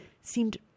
seemed